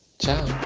ciao!